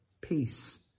peace